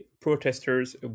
protesters